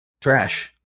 trash